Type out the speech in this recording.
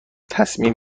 تصمیم